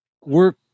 work